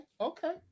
Okay